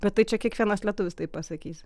bet tai čia kiekvienas lietuvis taip pasakys